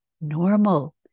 normal